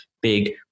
big